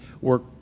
work